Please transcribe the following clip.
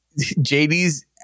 JD's